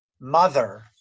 mother